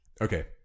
Okay